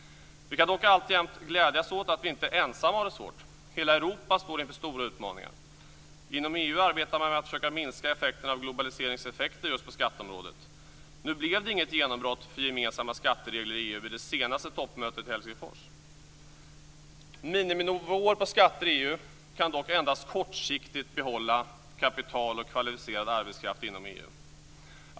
Vi kan dock alltjämt glädjas åt att vi inte är ensamma om att ha det svårt. Hela Europa står inför stora utmaningar. Inom EU arbetar man med att försöka minska effekten av globaliseringseffekter just på skatteområdet. Nu blev det inget genombrott för gemensamma skatteregler i EU vid det senaste toppmötet i Helsingfors. Miniminivåer på skatter i EU kan dock endast kortsiktigt behålla kapital och kvalificerad arbetskraft inom EU.